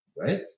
right